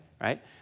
right